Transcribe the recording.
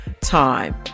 time